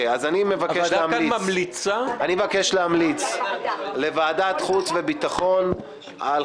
ועדה זמנית לענייני כספים ולענייני חוץ וביטחון אושרה.